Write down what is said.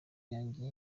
yanjye